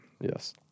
Yes